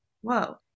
Whoa